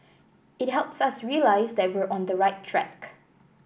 it helps us realise that we're on the right track